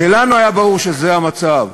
כשלנו היה ברור שזה המצב,